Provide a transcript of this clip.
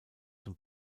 von